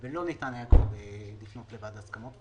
ולא ניתן היה לפנות לוועדת הסכמות.